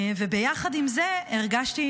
יחד עם זה, הרגשתי